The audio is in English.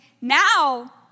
now